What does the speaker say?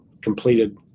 completed